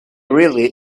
really